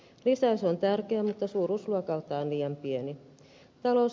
lisäys on tärkeä mutta suuruusluokaltaan liian pieni